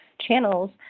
channels